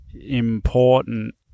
important